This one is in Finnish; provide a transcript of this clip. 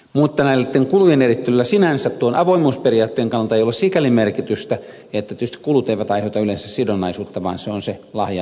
mutta näitten kulujen erittelyllä sinänsä tuon avoimuusperiaatteen kannalta ei ole sikäli merkitystä että tietysti kulut eivät aiheuta yleensä sidonnaisuutta vaan se on se lahjan saaminen